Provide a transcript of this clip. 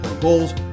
goals